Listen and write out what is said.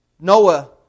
Noah